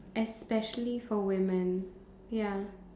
especially for women ya